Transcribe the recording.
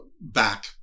back